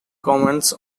comments